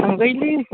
थांजायोलै